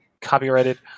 copyrighted